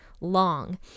long